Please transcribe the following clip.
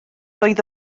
oedd